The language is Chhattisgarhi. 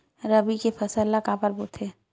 रबी के फसल ला काबर बोथे?